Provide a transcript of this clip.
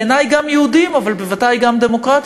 בעיני גם יהודיים אבל בוודאי גם דמוקרטיים,